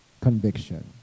conviction